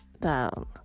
down